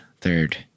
third